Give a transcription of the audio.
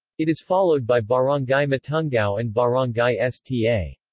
it is followed by barangay matungao and barangay sta.